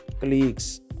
Colleagues